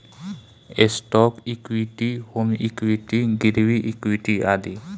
stock equity, home equity, गिरवी equity आदि